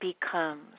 becomes